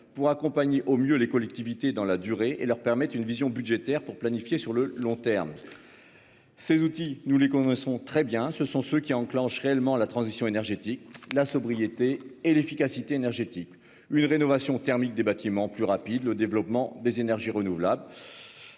pour accompagner au mieux les collectivités dans la durée et leur permettent une vision budgétaire pour planifier sur le long terme.-- Ces outils nous les connaissons très bien, ce sont ceux qui enclencherait allemand la transition énergétique, la sobriété et l'efficacité énergétique. Une rénovation thermique des bâtiments plus rapide, le développement des énergies renouvelables.